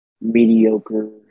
mediocre